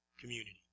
community